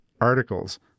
articles